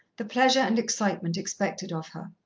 the pleasure and excitement expected of her.